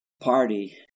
party